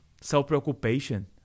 self-preoccupation